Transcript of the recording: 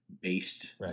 based